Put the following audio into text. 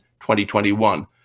2021